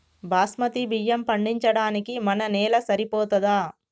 బాస్మతి బియ్యం పండించడానికి మన నేల సరిపోతదా?